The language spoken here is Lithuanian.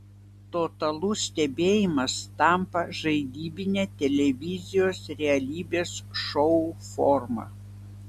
totalus stebėjimas tampa žaidybine televizijos realybės šou forma